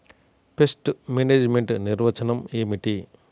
Pest management నిర్వచనం ఏమిటి?